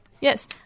Yes